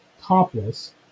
topless